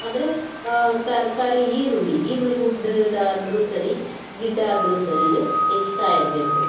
ಅಂದರೆ ತರಕಾರಿ ಈರುಳ್ಳಿ ಈರುಳ್ಳಿ ಉದ್ದವಾದ್ರು ಸರಿ ಗಿಡ್ಡ ಆದರೂ ಸರಿಯೇ ಹೆಚ್ತಾ ಇರಬೇಕು